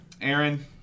Aaron